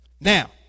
Now